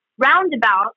Roundabout